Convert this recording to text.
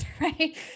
right